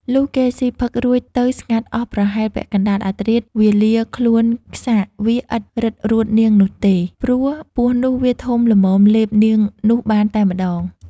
លុះគេស៊ីផឹករួចទៅស្ងាត់អស់ប្រហែល ពាក់កណ្ដាល អាធ្រាតវាលាខ្លួនខ្សាក វាឥតរឹតរួតនាងនោះទេ ព្រោះពស់នោះវាធំល្មមលេបនាងនោះបានតែម្ដង។